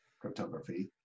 cryptography